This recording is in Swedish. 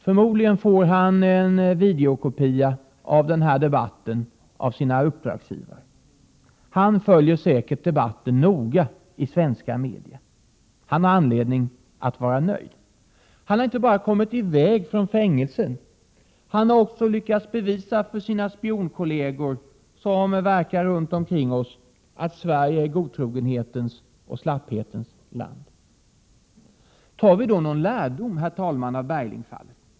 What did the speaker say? Förmodligen får han en videokopia av den här debatten av sina uppdragsgivare. Han följer säkert debatten nogai svenska media. Han har anledning att vara nöjd. Han har inte bara kommit i väg från fängelset, han har lyckats bevisa för sina spionkollegor som verkar runt omkring oss att Sverige är godtrogenhetens och slapphetens land. Tar vi då någon lärdom, herr talman, av Berglingfallet?